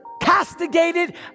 castigated